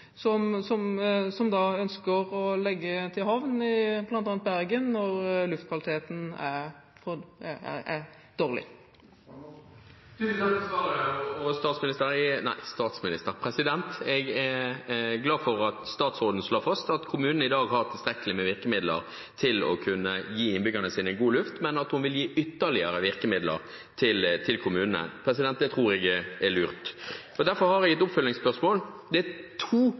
som ønsker det, å legge til havn – i bl.a. Bergen, når luftkvaliteten er dårlig. Tusen takk for svaret. Jeg er glad for at statsråden slår fast at kommunene i dag har tilstrekkelig med virkemidler til å kunne gi innbyggerne sine god luft, men at hun vil gi ytterligere virkemidler til kommunene. Det tror jeg er lurt. Jeg har et par oppfølgingsspørsmål. Det er særlig to